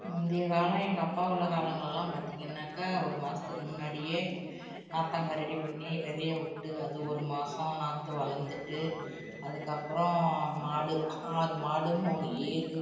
முந்தைய காலம் எங்கள் அப்பா உள்ள காலங்களெலாம் பார்த்தீங்கனாக்க ஒரு மாதத்துக்கு முன்னாடியே நார்த்தங்காய் ரெடி பண்ணி விதைய விட்டு அது ஒரு மாதம் நாற்று வளர்ந்துட்டு அதுக்கு அப்புறம் மாடு ஆறு மாடு மூணு ஏர்